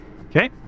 Okay